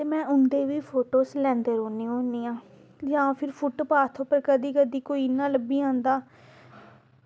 ते में उं'दे बी फोटोज़ लैंदी रौह्न्नी होन्नी आं जां फ्ही फुटपाथ उप्पर कदीं कदीं कोई इ'यां लब्भी जंदा